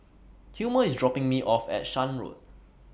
Hilmer IS dropping Me off At Shan Road